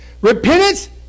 Repentance